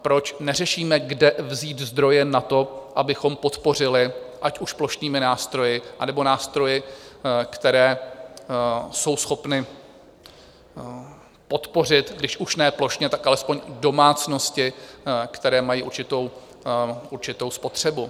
Proč neřešíme, kde vzít zdroje na to, abychom podpořili ať už plošnými nástroji, anebo nástroji, které jsou schopny podpořit když už ne plošně, tak alespoň v domácnostech, které mají určitou spotřebu?